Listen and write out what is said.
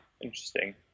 interesting